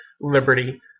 liberty